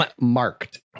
marked